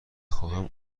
خواهم